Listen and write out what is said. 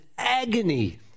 Agony